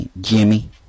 Jimmy